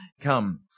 come